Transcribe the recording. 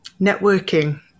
Networking